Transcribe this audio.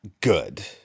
good